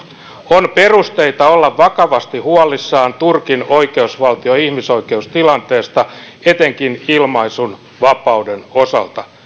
on perusteita olla vakavasti huolissaan turkin oikeusvaltio ja ihmisoikeustilanteesta etenkin ilmaisunvapauden osalta